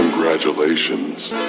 Congratulations